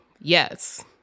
yes